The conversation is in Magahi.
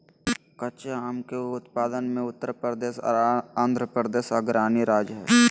कच्चा आम के उत्पादन मे उत्तर प्रदेश आर आंध्रप्रदेश अग्रणी राज्य हय